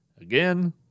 Again